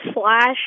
slash